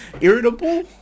Irritable